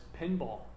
pinball